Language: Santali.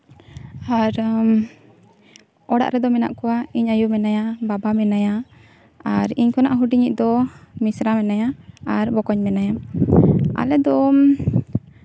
ᱟᱨ ᱚᱲᱟᱜ ᱨᱮᱫᱚ ᱢᱮᱱᱟᱜ ᱠᱚᱣᱟ ᱤᱧ ᱟᱭᱳ ᱢᱮᱱᱟᱭᱟ ᱵᱟᱵᱟ ᱢᱮᱱᱟᱭᱟ ᱟᱨ ᱤᱧ ᱠᱷᱚᱱᱟᱜ ᱦᱩᱰᱤᱧ ᱤᱡ ᱫᱚ ᱢᱤᱥᱨᱟ ᱢᱮᱱᱟᱭᱟ ᱟᱨ ᱵᱚᱠᱚᱧ ᱢᱮᱱᱟᱭᱟ ᱟᱞᱮ ᱫᱚ